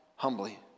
Humbly